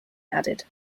added